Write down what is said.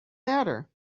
matter